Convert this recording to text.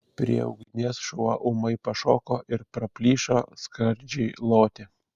prie ugnies šuo ūmai pašoko ir praplyšo skardžiai loti